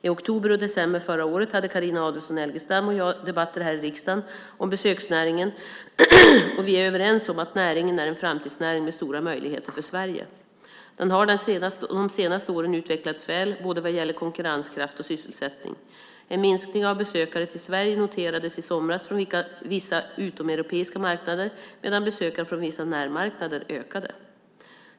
I oktober och december förra året hade Carina Adolfsson Elgestam och jag debatter här i riksdagen om besöksnäringen och vi är överens om att näringen är en framtidsnäring med stora möjligheter för Sverige. Den har de senaste åren utvecklats väl, både vad gäller konkurrenskraft och sysselsättning. En minskning av besökare till Sverige noterades i somras från vissa utomeuropeiska marknader medan besökare från vissa närmarknader ökade.